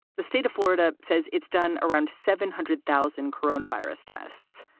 the state of florida says it's done around seven hundred thousand corona virus tests,